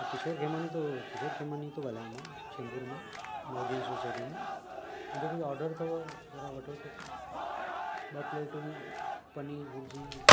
हा किशोर खेमानी थो किशोर खेमानी थो ॻाल्हायां मां चेंबूर मां नवजीवन सोसाइटी मां मुंहिंजो कोई ऑडर अथव ज़रा वठो त साईं ॿ प्लेटूं पनीर भुर्जी